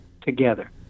together